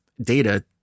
data